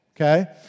okay